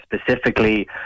specifically